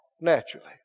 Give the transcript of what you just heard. naturally